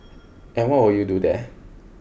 and what will you do there